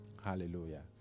Hallelujah